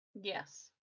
yes